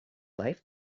life